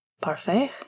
Parfait